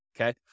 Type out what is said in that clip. Okay